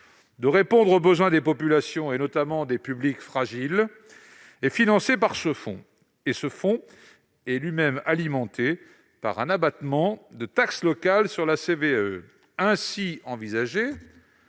de répondre aux besoins des populations, notamment des publics fragiles, est financé par ce fonds, lui-même alimenté par un abattement de taxe locale sur la CVAE. Le présent